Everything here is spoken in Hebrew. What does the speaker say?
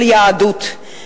של היהדות.